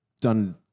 done